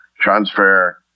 transfer